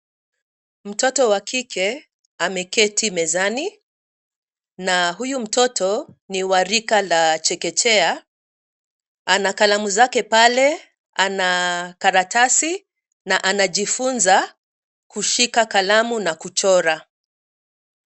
Mtoto wa kike ameketi mezani, na huyu mtoto, ni wa rika la chekechea. Ana kalamu zake pale, ana karatasi, na anajifunza kushika kalamu na kuchora.